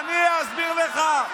אני אסביר לך,